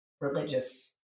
religious